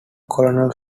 colonel